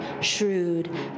shrewd